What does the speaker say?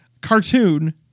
cartoon